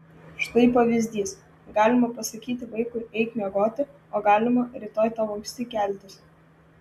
štai pavyzdys galima pasakyti vaikui eik miegoti o galima rytoj tau anksti keltis